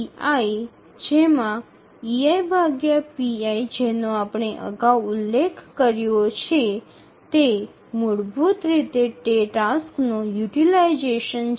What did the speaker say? হল যেমনটি আমরা আগে বলেছি মূলত সেই কাজটির ব্যবহার